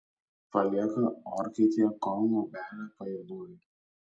palieka orkaitėje kol luobelė pajuoduoja